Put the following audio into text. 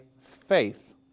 faith